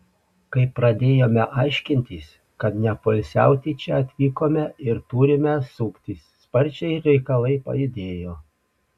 kai pradėjome aiškintis kad nepoilsiauti čia atvykome ir turime suktis sparčiai reikalai pajudėjo